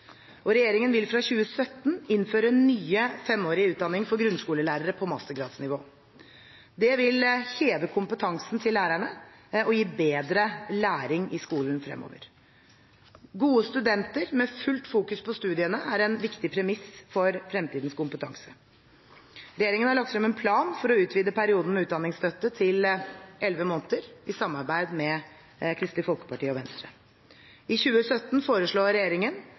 Regjeringen vil fra 2017 innføre nye, femårige utdanninger for grunnskolelærere på mastergradsnivå. Det vil heve kompetansen til lærerne og gi bedre læring i skolen fremover. Gode studenter med fullt fokus på studiene er en viktig premiss for fremtidens kompetanse. Regjeringen har lagt frem en plan for å utvide perioden med utdanningsstøtte til elleve måneder i samarbeid med Kristelig Folkeparti og Venstre. I 2017 foreslår regjeringen